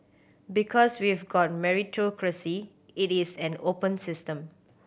because we've got meritocracy it is an open system